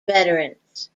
veterans